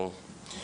ברור.